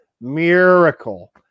miracle